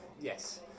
yes